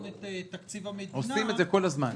את תקציב המדינה -- עושים את זה כל הזמן.